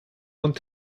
und